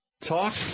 Talk